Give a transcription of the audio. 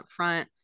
upfront